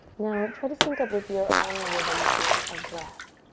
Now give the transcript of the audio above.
now try to sync up with your own rhythm here of breath.